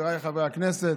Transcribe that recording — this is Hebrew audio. חבריי חברי הכנסת,